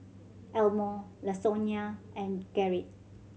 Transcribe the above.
Elmore Lasonya and Gerrit